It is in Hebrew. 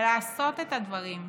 ולעשות את הדברים,